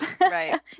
Right